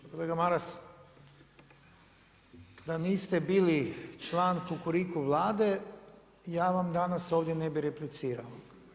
Kolega Maras, da niste bili član kukuriku Vlade, ja vam danas ovdje ne bi replicirao.